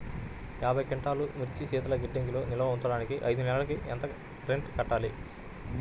యాభై క్వింటాల్లు మిర్చి శీతల గిడ్డంగిలో నిల్వ ఉంచటానికి ఐదు నెలలకి ఎంత రెంట్ కట్టాలి?